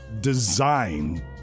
design